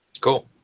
Cool